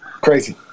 Crazy